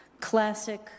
classic